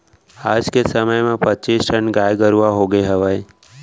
आज के समे म पच्चीस ठन गाय गरूवा होगे हवय